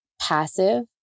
passive